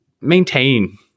maintain